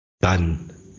done